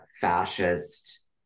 fascist